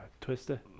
Twister